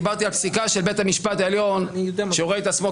דיברתי על פסיקה של בית המשפט העליון שרואה את עצמו